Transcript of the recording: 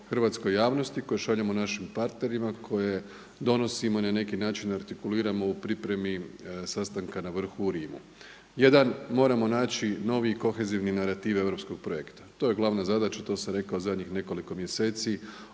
hrvatskoj javnosti, koje šaljemo našim partnerima koje donosimo na neki način i artikuliramo u pripremi sastanka na vrhu u Rimu. Jedan moramo naći novi kohezivni narativ europskog projekta, to je glavna zadaća, to sam rekao zadnjih nekoliko mjeseci,